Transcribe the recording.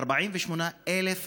48,000 דירות,